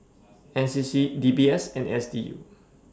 NCC DBS and SDU